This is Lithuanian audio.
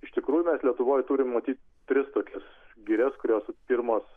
iš tikrųjų mes lietuvoj turim matyt tris tokias girias kurios pirmos